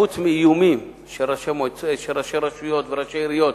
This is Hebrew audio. חוץ מאיומים של ראשי רשויות וראשי עיריות